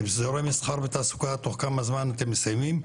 אזורי מסחר ותעסוקה תוך כמה זמן אתם מסיימים?